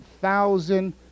thousand